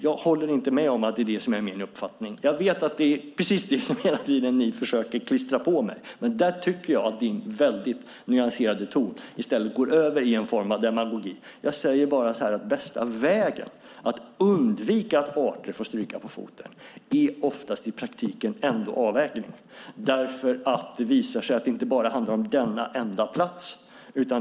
Jag håller inte med om att det är min uppfattning, men jag vet att det är precis vad ni hela tiden försöker klistra på mig. Där tycker jag, Åsa Romson, att din väldigt nyanserade ton i stället går över i en form av demagogi. Jag säger bara att bästa vägen att undvika att arter får stryka på foten i praktiken oftast ändå är att göra en avvägning eftersom det visar sig att det inte handlar bara om denna enda plats.